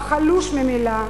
החלוש ממילא,